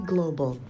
Global